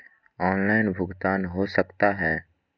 Online भुगतान हो सकता है?